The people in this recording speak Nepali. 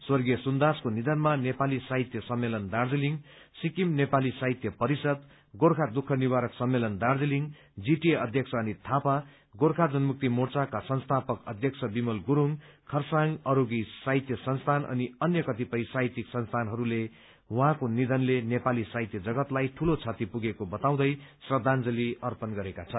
स्वर्गीय सुन्दासको नियनमा नेपाली साहित्य सम्मेलन दार्जीलिङ सिक्किम नेपाली साहित्य परिषद गोर्खा दुःख निवारक सम्मेलन दार्जीलिङ जीटीए अध्यक्ष अनित थापा गोर्खा जनमुक्ति मोर्चाका संस्थापक अध्यक्ष विमल गुरुङ खरसाङ अस्रगी साहित्य संस्थान अनि अन्य कतिपय साहित्यिक संस्थानहले उहाँको निधनले नेपाली साहित्य जगतलाई ठूलो क्षति पुगेको बताउँदै श्रद्धांजलि अर्पण गरेका छन्